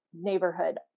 neighborhood